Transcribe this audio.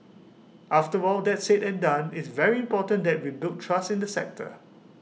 after all that's said and done it's very important that we build trust in the sector